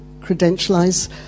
credentialise